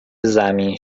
زمین